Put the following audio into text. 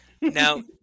now